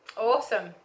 awesome